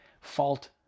fault